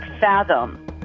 fathom